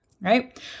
right